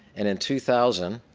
and in two thousand